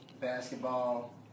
basketball